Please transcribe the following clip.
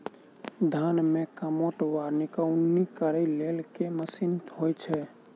धान मे कमोट वा निकौनी करै लेल केँ मशीन होइ छै?